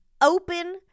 open